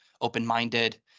open-minded